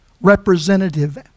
representative